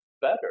better